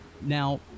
Now